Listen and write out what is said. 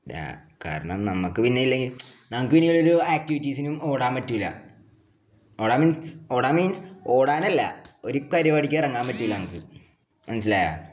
ദാ കാരണം നമുക്ക് പിന്നെ ഇല്ലെങ്കിൽ നമുക്ക് പിന്നൊരു ആക്ടിവിറ്റീസിനും ഓടാൻ പറ്റില്ല ഓടാൻ മീൻസ് ഓടാൻ മീൻസ് ഓടാനല്ല ഒരു പരിപാടിക്ക് ഇറങ്ങാൻ പറ്റില്ല നമുക്ക് മനസ്സിലായോ